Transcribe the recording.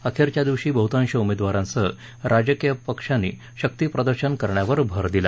अखेरच्या दिवशी बहुतांश उमेदवारांसह राजकीय पक्षांनी शक्तीप्रदर्शन करण्यावर भर दिला